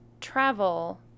travel